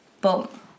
boom